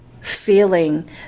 Feeling